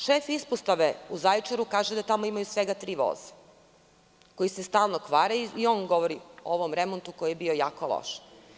Šef ispostave u Zaječaru kaže da tamo imaju svega tri voza koji se stalno kvare i on govori o ovom remontu koji je bio jako loš.